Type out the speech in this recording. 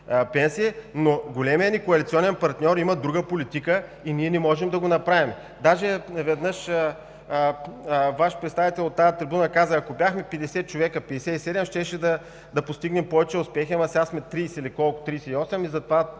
но големият ни коалиционен партньор има друга политика и ние не можем да го направим. Даже неведнъж Ваш представител от тази трибуна каза: „Ако бяхме 50 – 57 човека, щяхме да постигнем повече успехи, но сега сме 30 или колко – 38. Затова,